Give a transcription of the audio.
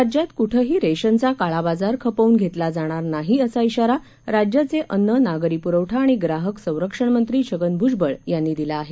राज्यात कुठंही रेशनचा काळाबाजार खपवून घेतला जाणार नाही असा खाारा राज्याचे अन्न नागरी पुरवठा आणि ग्राहक संरक्षण मंत्री छगन भूजबळ यांनी दिला आहे